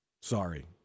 Sorry